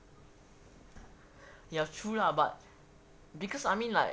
ya true lah but because I mean like